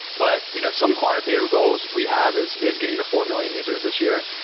but you know some quantitative goals we have is is getting to four million users this year.